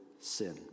sin